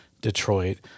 Detroit